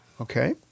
Okay